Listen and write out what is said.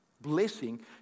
blessing